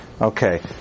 Okay